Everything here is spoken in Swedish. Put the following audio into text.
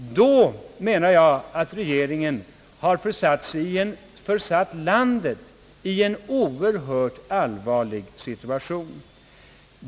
Då menar jag ati regeringen har försatt landet i en oerhört allvarlig situation.